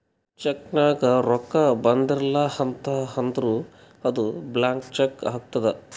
check ನಾಗ್ ರೊಕ್ಕಾ ಬರ್ದಿಲ ಅಂತ್ ಅಂದುರ್ ಅದು ಬ್ಲ್ಯಾಂಕ್ ಚೆಕ್ ಆತ್ತುದ್